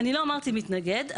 אני לא אמרתי מתנגד,